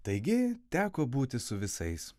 taigi teko būti su visais